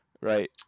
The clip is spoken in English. right